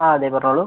ആ അതെ പറഞ്ഞോളു